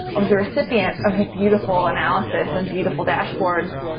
i was a recipient of a beautiful analysis and beautiful dashboards.